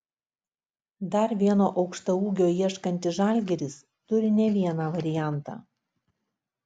dar vieno aukštaūgio ieškantis žalgiris turi ne vieną variantą